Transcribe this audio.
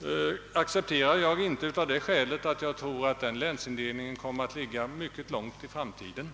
arbetande utredningens förslag — accepterar jag inte av den anledningen att jag tror att denna nya länsindelning kommer att ligga långt fram i tiden.